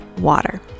water